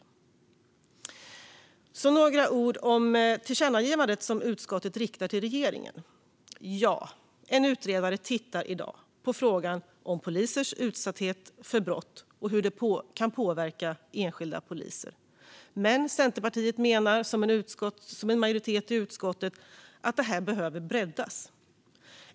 Jag vill också säga några ord om tillkännagivandet som utskottet riktar till regeringen. Ja - en utredare tittar i dag på frågan om polisers utsatthet för brott och hur det kan påverka enskilda poliser. Men Centerpartiet menar, liksom en majoritet i utskottet, att det här behöver breddas.